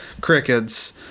crickets